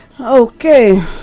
Okay